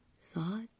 Thought